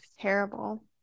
Terrible